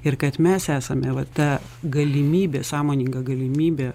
ir kad mes esame va ta galimybė sąmoninga galimybė